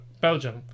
Belgium